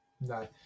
no